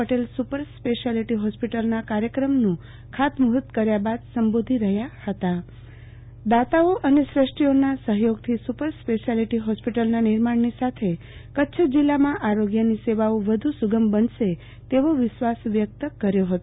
Patel super speciality હોસ્પિટલના કાર્યક્રમનું ખાતમૂ હૂ ર્ત કર્યા બાદ સંબોધી રહ્યાં હતાં નાયબ મુખ્યમંત્રીશ્રી નીતિન પટેલે દાતાઓ અને શ્રેષ્ઠીઓના સહયોગથી સુ પર સ્પેશ્યાલિટી હોસ્પિટલના નિર્માણની સાથે કચ્છ જિલ્લામાં આરોગ્યની સેવાઓ વધુ સુગમ બનશે તેવો વિશ્વાસ વ્યક્ત કર્યો હતો